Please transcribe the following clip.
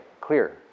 clear